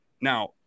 Now